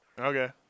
Okay